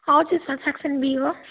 हजुर sir section B हो